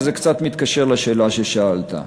וזה קצת מתקשר לשאלה ששאלת.